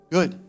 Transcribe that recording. Good